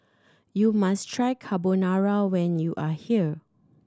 you must try Carbonara when you are here